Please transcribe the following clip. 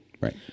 Right